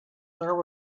there